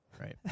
right